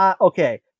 okay